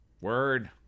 Word